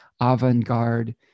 avant-garde